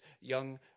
young